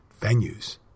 venues